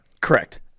Correct